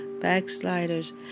backsliders